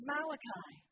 Malachi